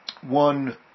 one